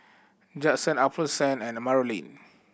Judson Alphonsine and Marolyn